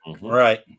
Right